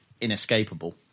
inescapable